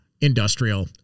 industrial